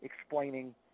explaining